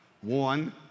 One